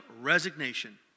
resignation